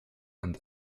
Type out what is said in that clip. and